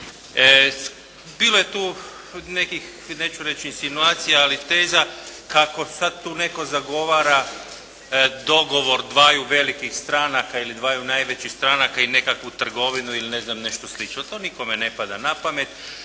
Bilo je tu nekih, neću reći insinuacija, ali teza kako sad tu netko zagovara dogovor dvaju velikih stranaka ili dvaju najvećih stranaka i nekakvu trgovinu ili ne znam nešto slično. To nikome ne pada na pamet